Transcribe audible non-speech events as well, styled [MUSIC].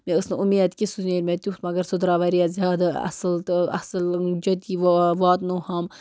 مےٚ ٲس نہٕ اُمید کہِ سُہ نیرِ مےٚ تیُتھ مگر سُہ درٛاو واریاہ زیادٕ اَصٕل تہٕ اصٕل [UNINTELLIGIBLE] واتنووہَم